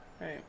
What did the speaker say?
Right